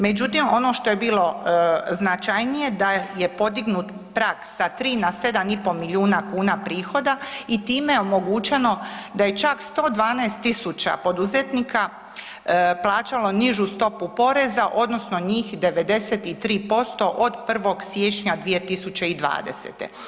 Međutim, ono što je bilo značajnije, da je podignut prag sa 3 na 7,5 milijuna kuna prihoda i time omogućeno da je čak 112 tisuća poduzetnika plaćalo nižu stopu poreza, odnosno njih 93% od 1. siječnja 2020.